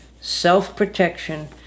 self-protection